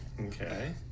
Okay